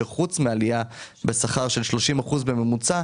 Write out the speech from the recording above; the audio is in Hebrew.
שחוץ מעלייה בשכר של 30% בממוצע,